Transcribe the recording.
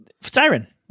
Siren